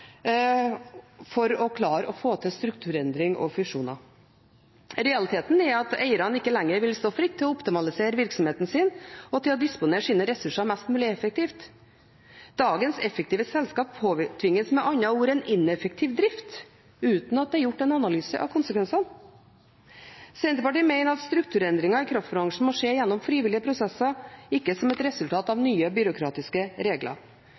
for å klare å få til strukturendring og fusjoner. Realiteten er at eierne ikke lenger vil stå fritt til å optimalisere virksomheten sin og til å disponere sine ressurser mest mulig effektivt. Dagens effektive selskap påtvinges med andre ord en ineffektiv drift uten at det er gjort en analyse av konsekvensene. Senterpartiet mener at strukturendringer i kraftbransjen må skje gjennom frivillige prosesser, ikke som et resultat av nye byråkratiske regler.